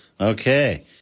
Okay